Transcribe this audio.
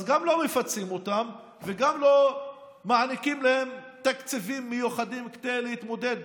אז גם לא מפצים אותן וגם לא מעניקים להן תקציבים מיוחדים כדי להתמודד,